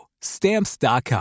Stamps.com